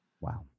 Wow